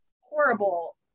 horrible